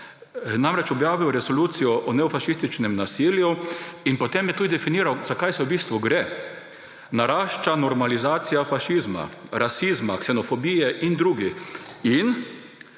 Objavil je resolucijo o neofašističnem nasilju in potem je tudi definiral, za kaj v bistvu gre. Narašča normalizacija fašizma, rasizma, ksenofobije in drugih in